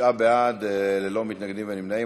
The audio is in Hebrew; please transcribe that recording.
תשעה בעד, ללא מתנגדים ונמנעים.